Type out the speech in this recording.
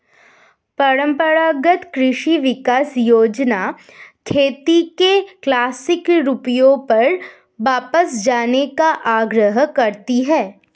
परम्परागत कृषि विकास योजना खेती के क्लासिक रूपों पर वापस जाने का आग्रह करती है